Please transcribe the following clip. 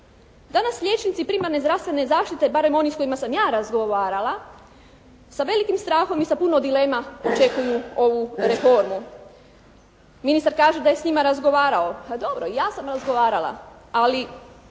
Danas liječnici primarne zdravstvene zaštite barem oni s kojima sam ja razgovarala sa velikim strahom i sa puno dilema očekuju ovu reformu. Ministar kaže da je s njima razgovarao. Dobro, i ja sam razgovarala ali